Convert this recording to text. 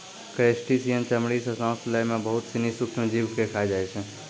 crustacean चमड़ी सें सांस लै में बहुत सिनी सूक्ष्म जीव के खाय जाय छै